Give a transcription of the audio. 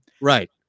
Right